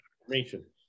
information